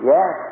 Yes